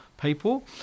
people